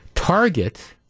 Target